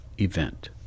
event